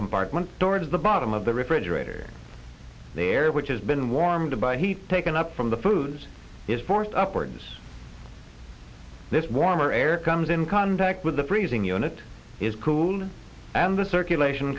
compartment towards the bottom of the refrigerator the air which has been warmed by heat taken up from the food it's forced upwards this warmer air comes in contact with the freezing unit is cooling and the circulation